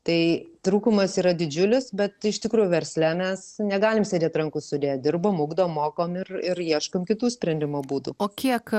tai trūkumas yra didžiulis bet iš tikrųjų versle mes negalim sėdėt rankų sudėję dirbam ugdom mokam ir ir ieškom kitų sprendimo būdų o kiek